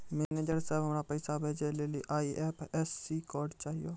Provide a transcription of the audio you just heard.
manager साहब, हमरा पैसा भेजै लेली आई.एफ.एस.सी कोड चाहियो